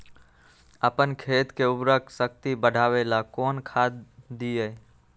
अपन खेत के उर्वरक शक्ति बढावेला कौन खाद दीये?